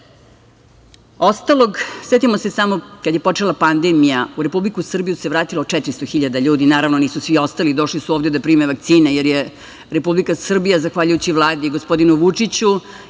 ostalog, setimo se samo kada je počela pandemija, u Republiku Srbiju se vratilo 400 hiljada ljudi. Naravno, nisu svi ostali. Došli su ovde da prime vakcine, jer je Republika Srbija, zahvaljujući Vladi i gospodinu Vučiću